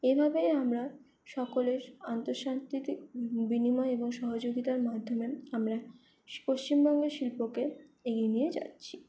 এভাবেই আমরা সকলের আন্তঃসাংস্কৃতিক বিনিময় এবং সহযোগিতার মাধ্যমে আমরা পশ্চিমবঙ্গের শিল্পকে এগিয়ে নিয়ে যাচ্ছি